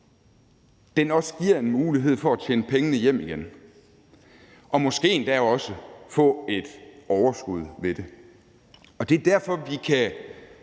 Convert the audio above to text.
man løber, giver en mulighed for at tjene pengene hjem igen og måske endda også få et overskud ved det. Det er derfor, at vi kan